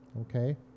Okay